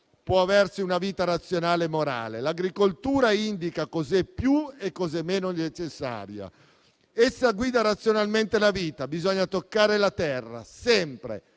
può aversi una vita razionale e morale. L'agricoltura indica cos'è più e cos'è meno necessario, essa guida razionalmente la vita. Bisogna toccare la terra sempre: